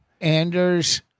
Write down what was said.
Anders